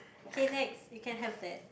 okay next you can have that